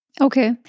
Okay